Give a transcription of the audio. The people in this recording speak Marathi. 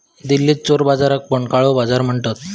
दिल्लीत चोर बाजाराक पण काळो बाजार म्हणतत